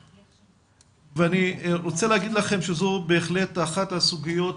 ואני רוצה להגיד לכם שזו בהחלט אחת הסוגיות